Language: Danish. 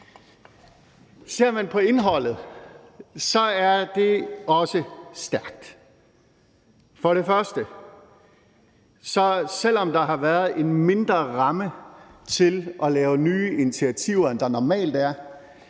Ser man på indholdet, er det også stærkt. Først – selv om der har været en mindre ramme til at lave nye initiativer, end der normalt er